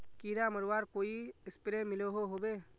कीड़ा मरवार कोई स्प्रे मिलोहो होबे?